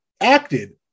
acted